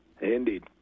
Indeed